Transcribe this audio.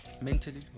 Mentally